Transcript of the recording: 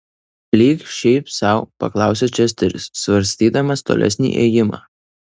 lyg šiaip sau paklausė česteris svarstydamas tolesnį ėjimą